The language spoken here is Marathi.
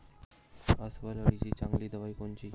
अस्वल अळीले चांगली दवाई कोनची?